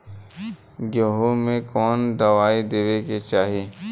गेहूँ मे कवन दवाई देवे के चाही?